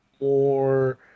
more